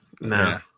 No